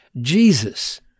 Jesus